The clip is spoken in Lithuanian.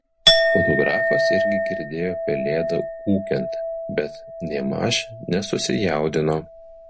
fotografas irgi girdėjo pelėdą ūkiant bet nėmaž nesusijaudino